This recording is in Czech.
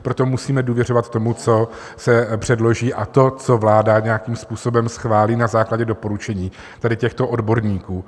Proto musíme důvěřovat tomu, co se předloží, a to, co vláda nějakým způsobem schválí na základě doporučení těchto odborníků.